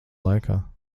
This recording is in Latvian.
laikā